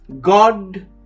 God